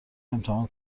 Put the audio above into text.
امتحان